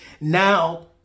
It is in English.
Now